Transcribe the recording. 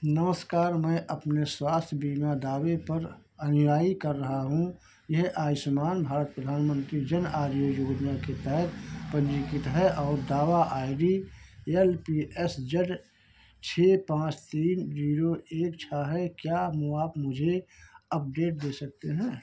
नमस्कार मैं अपने स्वास्थ्य बीमा दावे पर अनुयायी कर रहा हूँ यह आयुष्मान भारत प्रधानमन्त्री जन आरोग्य योजना के तहत पन्जीकृत है और दावा I D L P S Z छह पाँच तीन ज़ीरो एक छह है क्या आप मुवा मुझे अपडेट दे सकते हैं